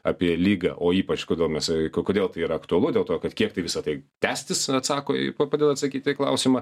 apie ligą o ypač kodėl mes kodėl tai yra aktualu dėl to kad kiek tai visą tai tęstis atsako į padeda atsakyti į klausimą